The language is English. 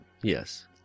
Yes